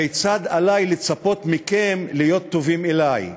כיצד עלי לצפות מכם להיות טובים אלי?